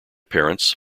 parents